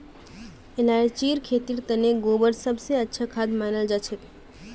इलायचीर खेतीर तने गोबर सब स अच्छा खाद मनाल जाछेक